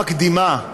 מקדימה: